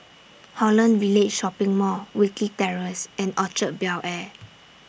Holland Village Shopping Mall Wilkie Terrace and Orchard Bel Air